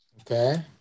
okay